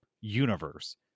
universe